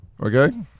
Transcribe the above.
okay